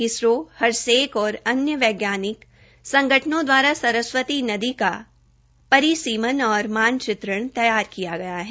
इससे हरसेक और अन्य वैज्ञानिक संगठनों द्वारा सरस्वती नदी का परिसीमन और मानचित्र तैयार किया गया है